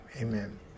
amen